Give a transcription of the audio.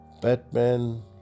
Batman